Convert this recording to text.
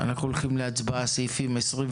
אנחנו הולכים להצבעה על סעיפים 29,